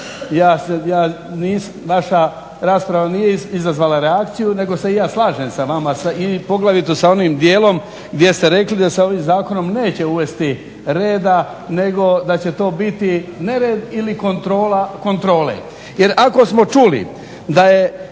Naša rasprava nije izazvala reakciju nego se i ja slažem sa vama i poglavito sa onim dijelom gdje ste rekli da se ovim zakonom neće uvesti reda nego da će to biti nered ili kontrole. Jer ako smo čuli da je